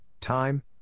time